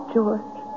George